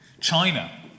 China